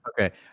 Okay